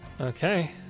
Okay